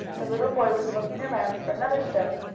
the little boy was looking around for another stone,